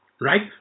Right